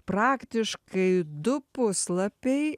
praktiškai du puslapiai